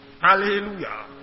Hallelujah